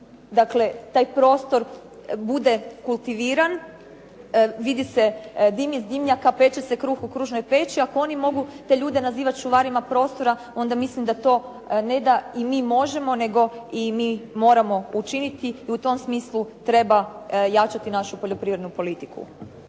Dakle, taj prostor bude kultiviran, vidi se dim iz dimnjaka, peče se kruh u krušnoj peći. Ako oni mogu te ljude nazivat čuvarima prostora, onda mislim da to ne da i mi možemo nego i mi moramo učiniti i u tom smislu treba jačati našu poljoprivrednu politiku.